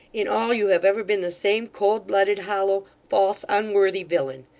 in all, you have ever been the same cold-blooded, hollow, false, unworthy villain.